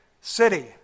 city